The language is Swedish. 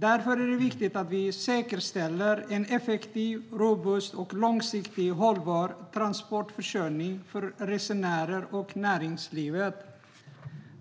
Därför är det viktigt att vi säkerställer en effektiv, robust och långsiktigt hållbar transportförsörjning för resenärer och näringslivet.